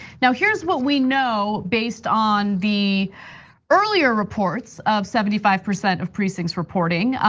now, here's what we know based on the earlier reports of seventy five percent of precincts reporting.